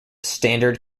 standard